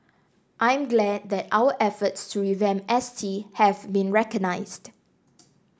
I'm glad that our efforts to revamp S T have been recognised